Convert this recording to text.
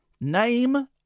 Name